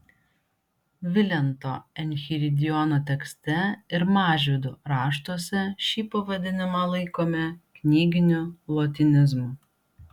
vilento enchiridiono tekste ir mažvydo raštuose šį pavadinimą laikome knyginiu lotynizmu